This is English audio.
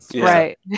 Right